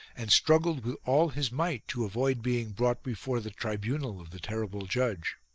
and struggled with all his might to avoid being brought before the tribunal of the terrible judge.